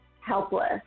helpless